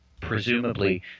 presumably